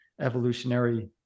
evolutionary